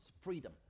freedom